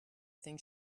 think